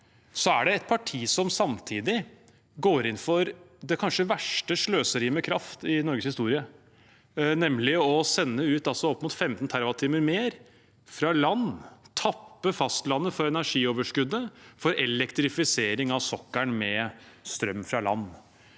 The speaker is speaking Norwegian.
samtidig et parti som går inn for det kanskje verste sløseriet med kraft i Norges historie, nemlig å sende ut opp mot 15 TWh mer fra land, tappe fastlandet for energioverskuddet, for elektrifisering av sokkelen med strøm fra land.